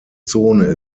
zone